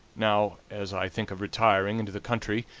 now, as i think of retiring into the country,